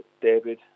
David